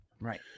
Right